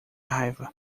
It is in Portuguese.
raiva